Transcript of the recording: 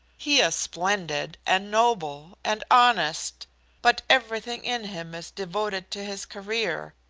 he is splendid, and noble, and honest but everything in him is devoted to his career.